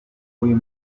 uyu